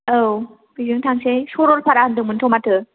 औ बेजोंनो थांसै सरलपारा होनदोंमोन थ' माथो